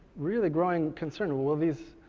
really growing concerned. will will these,